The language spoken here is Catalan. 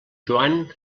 joan